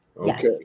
Okay